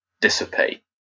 dissipate